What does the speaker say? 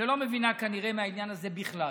שלא מבינה כנראה מהעניין הזה בכלל,